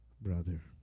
brother